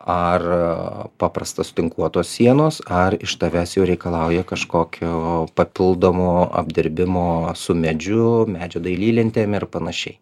ar paprastas tinkuotos sienos ar iš tavęs jau reikalauja kažkokio papildomo apdirbimo su medžiu medžio dailylentėm ir panašiai